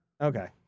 Okay